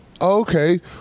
okay